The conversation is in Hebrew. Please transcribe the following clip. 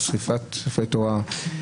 שריפת ספרי תורה,